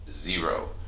zero